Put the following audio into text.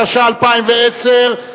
התש"ע 2010,